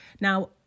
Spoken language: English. Now